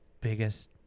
biggest